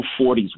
40s